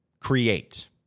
create